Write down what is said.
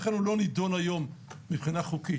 לכן הוא לא נדון היום מבחינה חוקית,